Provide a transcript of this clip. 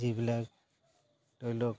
যিবিলাক ধৰি লওক